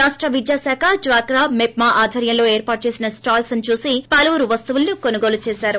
రాష్ట విద్యాశాఖ డ్వాకా మెప్మా ఆధ్వర్యంలో ఏర్పాటు చేసిన స్టాళ్లను చూసి పలువురు వస్తువులను కొనుగోలు చేశారు